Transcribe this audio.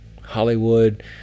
Hollywood